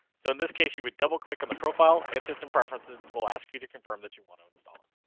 so in this case, you would double click on the profile and system preferences will ask you to confirm that you want to install it.